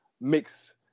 mix